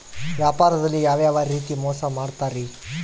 ವ್ಯಾಪಾರದಲ್ಲಿ ಯಾವ್ಯಾವ ರೇತಿ ಮೋಸ ಮಾಡ್ತಾರ್ರಿ?